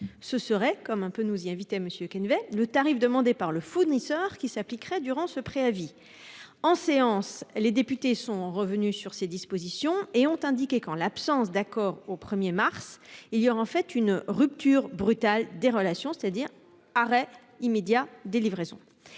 Canévet par l'amendement n° 3 rectifié , le tarif demandé par le fournisseur qui s'appliquerait durant ce préavis. En séance, les députés sont revenus sur ces dispositions et ont décidé qu'en l'absence d'accord au 1 mars, il y aurait rupture brutale des relations, c'est-à-dire arrêt immédiat des livraisons.